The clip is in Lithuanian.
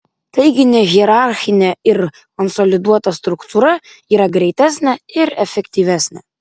taigi nehierarchinė ir konsoliduota struktūra yra greitesnė ir efektyvesnė